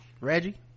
Reggie